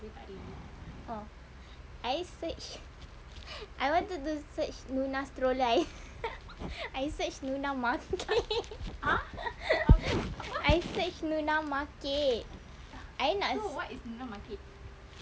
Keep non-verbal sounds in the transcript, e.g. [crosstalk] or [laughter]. oh I search I wanted to search Nuna stroller [laughs] I search lunar market [laughs] I search lunar market I nak